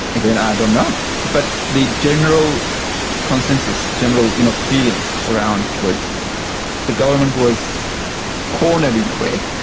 again i don't know. but the general consensus, general you know feeling around, was the government was cornered, in a way.